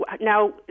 Now